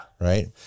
Right